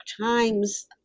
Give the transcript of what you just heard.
Times